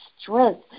strength